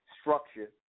structure